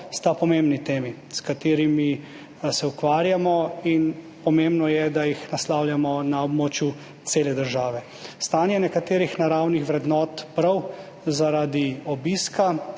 sta pomembni temi, s katerimi se ukvarjamo. Pomembno je, da jih naslavljamo na območju cele države. Stanje nekaterih naravnih vrednot je prav zaradi obiska